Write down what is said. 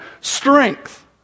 strength